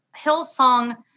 Hillsong